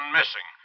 missing